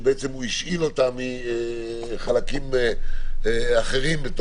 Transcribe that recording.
שהשאיל אותה מחלקים אחרים.